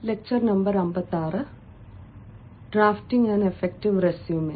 ശുഭദിനം സുഹൃത്തുക്കളെ